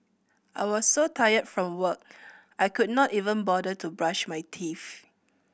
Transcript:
I was so tired from work I could not even bother to brush my teeth